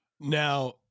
Now